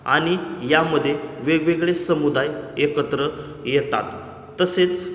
आणि यामध्ये वेगवेगळे समुदाय एकत्र येतात तसेच